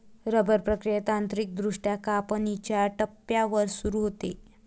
rubber प्रक्रिया तांत्रिकदृष्ट्या कापणीच्या टप्प्यावर सुरू होते